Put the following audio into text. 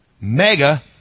Mega